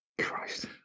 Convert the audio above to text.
Christ